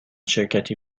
شرکتی